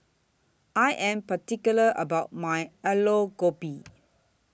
I Am particular about My Aloo Gobi